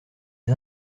les